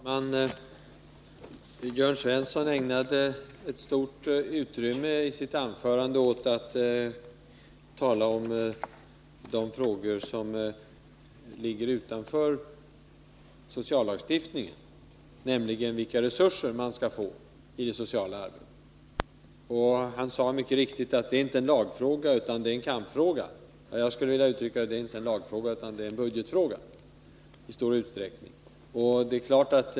Herr talman! Jörn Svensson ägnade stort utrymme i sitt anförande åt att tala om frågor som ligger utanför sociallagstiftningen, nämligen vilka resurser det sociala arbetet skall få. Han sade att det inte var en lagfråga utan en kampfråga. Jag skulle vilja uttrycka det så här: Det är inte en lagfråga, det är en budgetfråga.